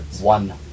One